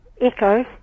Echo